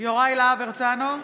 יוראי להב הרצנו,